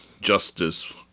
Justice